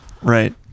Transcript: Right